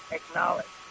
acknowledge